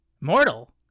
Mortal